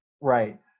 right